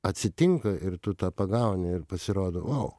atsitinka ir tu tą pagauni ir pasirodo vau